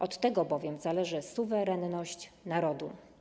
Od tego bowiem zależy suwerenność narodu.